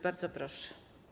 Bardzo proszę.